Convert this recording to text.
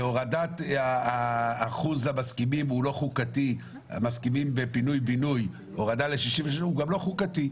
והורדת אחוז המסכימים בפינוי בינוי הוא לא חוקתי,